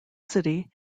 city